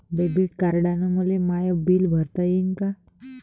Debit कार्डानं मले my bill भरता येईन का?